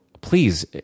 please